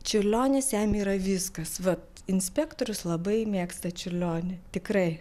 čiurlionis jam yra viskas va inspektorius labai mėgsta čiurlionį tikrai